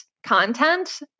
content